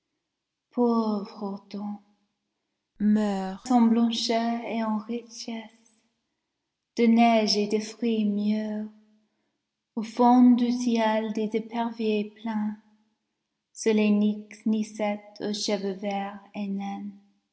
meurs en blancheur et en richesse de neige et de fruits mûrs au fond du ciel des éperviers planent sur les nixes nicettes aux cheveux verts et